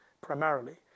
primarily